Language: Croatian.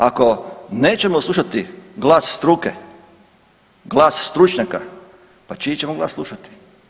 Ako nećemo slušati glas struke, glas stručnjaka, pa čiji ćemo glas slušati?